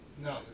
No